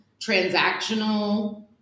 transactional